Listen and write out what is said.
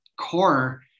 core